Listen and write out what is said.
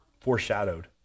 foreshadowed